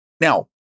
Now